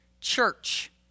church